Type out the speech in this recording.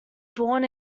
born